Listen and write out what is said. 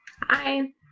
Hi